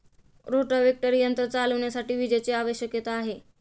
rotavator यंत्र चालविण्यासाठी विजेची आवश्यकता आहे